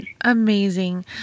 Amazing